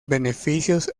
beneficios